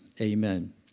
Amen